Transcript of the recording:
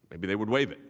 maybe they would waive